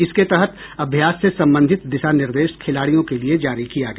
इसके तहत अभ्यास से संबंधित दिशा निर्देश खिलाड़ियों के लिए जारी किया गया